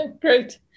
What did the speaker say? great